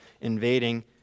invading